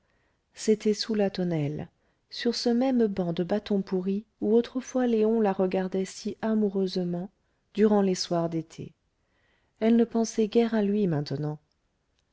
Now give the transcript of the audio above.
c'était sous la tonnelle sur ce même banc de bâtons pourris où autrefois léon la regardait si amoureusement durant les soirs d'été elle ne pensait guère à lui maintenant